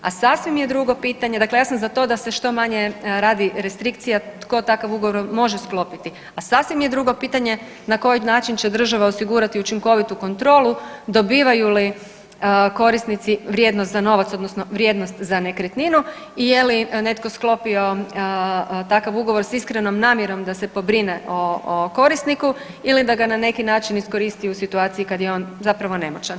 A sasvim je drugo pitanje, dakle ja sam za to da se što manje radi restrikcija tko takav ugovor može sklopiti, a sasvim je drugo pitanje na koji način će država osigurati učinkovitu kontrolu, dobivaju li korisnici vrijednost za novac odnosno vrijednost za nekretninu i je li netko sklopio takav ugovor s iskrenom namjerom da se pobrine o, o korisniku ili da ga na neki način iskoristi u situaciji kad je on zapravo nemoćan.